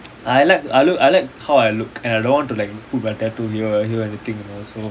I like I like I like how I look and I don't want to like put my tattoo here here anything also